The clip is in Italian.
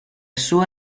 sua